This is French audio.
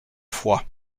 foix